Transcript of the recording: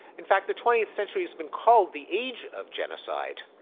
in fact, the twentieth century has been called the age of genocide.